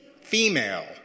female